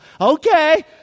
Okay